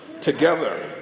together